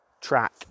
track